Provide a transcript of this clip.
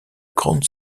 grande